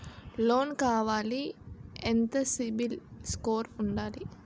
Loan కావాలి ఎంత CIBIL score ఉండాలి?